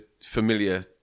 familiar